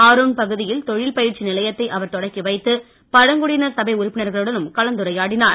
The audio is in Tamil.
ஆரோங் பகுதியில் தொழில் பயிற்சி நிலையத்தை அவர் தொடக்கி வைத்து பழங்குடியினர் சபை தொடர்ந்து உறுப்பினர்களுடனும் கலந்துரையாடினார்